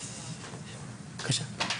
בבקשה.